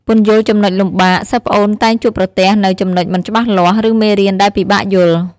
ពន្យល់ចំណុចលំបាក សិស្សប្អូនតែងជួបប្រទះនូវ ចំណុចមិនច្បាស់លាស់ ឬមេរៀនដែលពិបាកយល់។